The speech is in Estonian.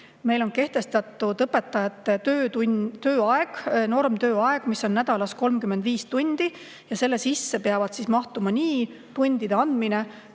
Meil on kehtestatud õpetajate tööaeg, normtööaeg, mis on nädalas 35 tundi. Selle sisse peavad mahtuma nii tundide andmine